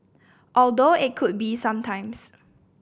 although it could be some times